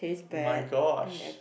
my gosh